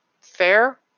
fair